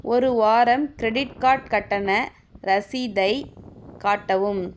ஒரு வாரம் credit card கட்டண ரசீதைக் காட்டவும்